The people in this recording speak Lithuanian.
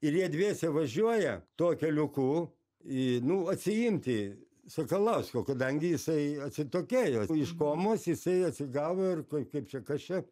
ir jie dviese važiuoja tuo keliuku į nu atsiimti sakalausko kadangi jisai atsitokėjo iš komos jisai atsigavo ir kai kaip čia kas čia